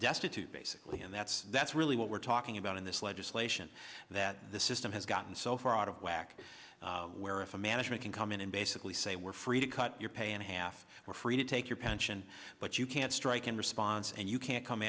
destitute basically and that's that's really what we're talking about in this legislation that the system has gotten so far out of whack where if a management can come in and basically say we're free to cut your pay in half we're free to take your pension but you can't strike in response and you can't come